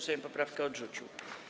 Sejm poprawkę odrzucił.